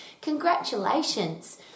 congratulations